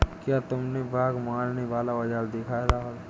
क्या तुमने बाघ मारने वाला औजार देखा है राहुल?